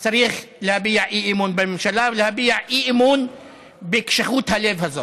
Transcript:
צריך להביע אי-אמון בממשלה ולהביע אי-אמון בקשיחות הלב הזאת.